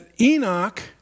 Enoch